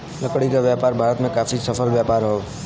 लकड़ी क व्यापार भारत में काफी सफल व्यापार हौ